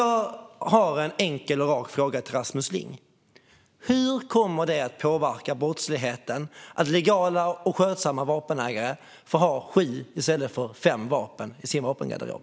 Jag har en enkel och rak fråga till Rasmus Ling: Hur kommer det att påverka brottsligheten att legala och skötsamma vapenägare får ha sju vapen i stället för fem i sin vapengarderob?